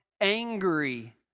angry